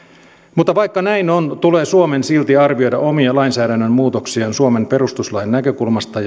mutta vaikka näin on tulee suomen silti arvioida omia lainsäädännön muutoksiaan suomen perustuslain näkökulmasta